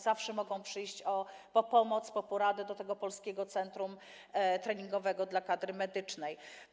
Zawsze mogą przyjść po pomoc, po poradę do tego polskiego centrum treningowego dla kadry medycznej.